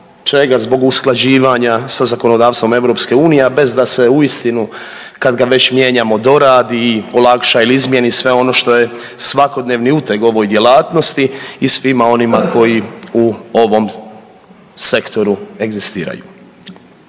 čega? Zbog usklađivanja sa zakonodavstvom EU, a bez da se uistinu kad ga već mijenjamo doradi, olakša ili izmjeni sve ono što je svakodnevni uteg ovoj djelatnosti i svima onima koji u ovom sektoru egzistiraju.